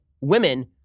women